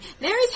Mary's